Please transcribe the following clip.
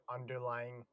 underlying